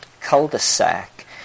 cul-de-sac